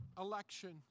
election